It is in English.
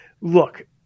look